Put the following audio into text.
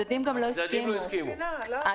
אז המתווה לא קיים.